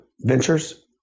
ventures